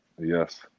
Yes